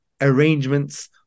arrangements